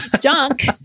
junk